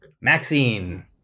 Maxine